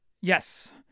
Yes